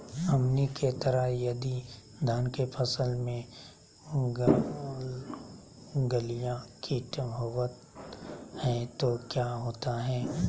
हमनी के तरह यदि धान के फसल में गलगलिया किट होबत है तो क्या होता ह?